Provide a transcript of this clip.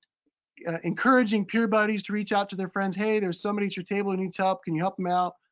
you know encouraging peer buddies to reach out to their friends, hey, there's somebody at your table that needs help, can you help them out?